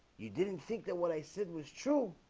you didn't think that what i said was true.